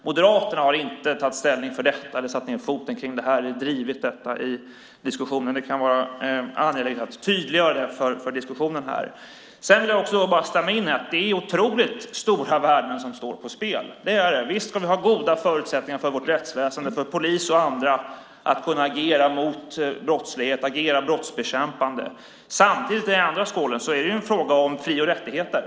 Moderaterna har inte tagit ställning för detta eller satt ned foten och drivit detta i diskussionen. Det kan vara angeläget att tydliggöra det för den diskussion som förs här. Sedan vill jag också instämma i att det är otroligt stora värden som står på spel. I ena vågskålen ligger att vårt rättsväsen, polis och andra, skulle ha goda förutsättningar att agera mot brottslighet, att agera brottsbekämpande. Samtidigt är det i andra skålen en fråga om fri och rättigheter.